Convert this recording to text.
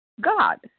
God